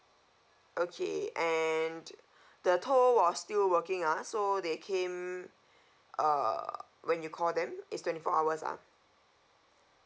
okay and the tow was still working ah so they came err when you call them it's twenty four hours ah